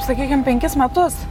sakykim penkis metus